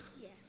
Yes